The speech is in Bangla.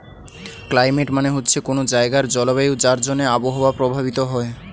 ক্লাইমেট মানে হচ্ছে কোনো জায়গার জলবায়ু যার জন্যে আবহাওয়া প্রভাবিত হয়